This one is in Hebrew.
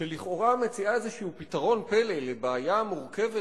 שלכאורה מציעה פתרון פלא לבעיה מורכבת